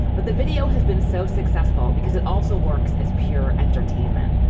but the video has been so successful because it also works as pure entertainment.